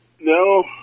No